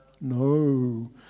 No